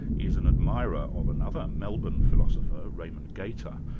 is an admirer of another melbourne philosopher, raimond gaita,